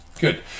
Good